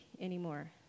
anymore